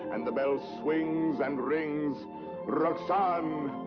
and the bell swings and rings but roxane!